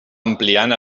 ampliant